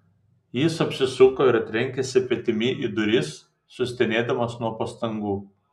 jis apsisuko ir trenkėsi petimi į duris sustenėdamas nuo pastangų